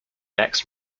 next